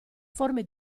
forme